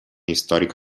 històric